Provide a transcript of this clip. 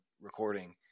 recording